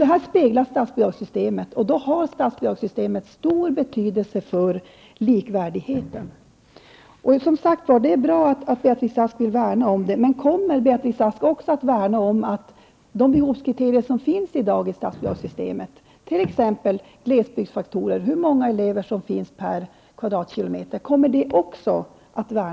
Detta speglas i statsbidragssystemet, som därmed har stor betydelse för likvärdigheten. Det är, som sagt, bra att Beatrice Ask vill värna om det. Men kommer Beatrice Ask också att värna om de behovskriterier som i dag finns i statsbidragssystemet? Kommer hon t.ex. också att värna om glesbygdsfaktorerna, såsom hur många elever som finns per kvadratkilometer?